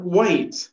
wait